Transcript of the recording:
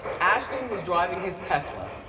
ashton was driving his tesla